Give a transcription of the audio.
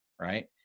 right